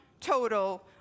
total